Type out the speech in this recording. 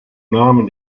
nahmen